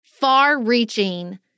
far-reaching